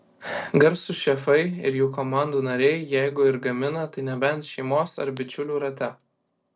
garsūs šefai ir jų komandų nariai jeigu ir gamina tai nebent šeimos ar bičiulių rate